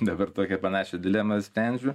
dabar tokią panašią dilemą sprendžiu